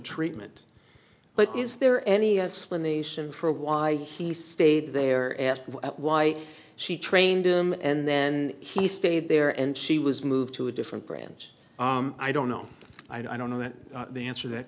treatment but is there any explanation for why he stayed there and why she trained him and then he stayed there and she was moved to a different branch i don't know i don't know that the answer that